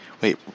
wait